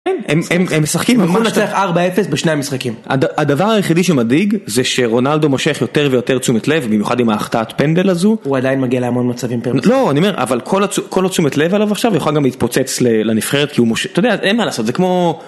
הם... הם... הם משחקים, הם יכולים להצליח 4-0 בשני משחקים. הדבר... הדבר היחידי שמדאיג זה שרונלדו מושך יותר ויותר תשומת לב, במיוחד עם ההחטאת פנדל הזו. הוא עדיין מגיע להמון מצבים פר... לא, אני אומר, אבל כל התשומת לב עליו עכשיו יכולה גם להתפוצץ לנבחרת כי הוא מושך, אתה יודע, אין מה לעשות, זה כמו...